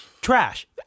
Trash